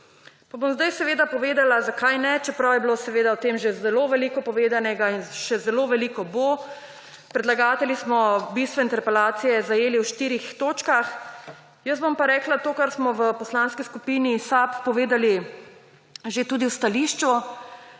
Pa bom zdaj povedala, zakaj ne, čeprav je bilo o tem že zelo veliko povedanega in še zelo veliko bo. Predlagatelji smo bistvo interpelacije zajeli v štirih točkah. Jaz bom pa rekla to, kar smo v Poslanski skupini SAB povedali že tudi v stališču